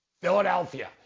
Philadelphia